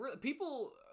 people